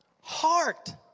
heart